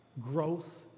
Growth